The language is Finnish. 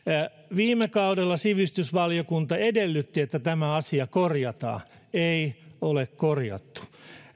viime kaudella sivistysvaliokunta edellytti että tämä asia korjataan ei ole korjattu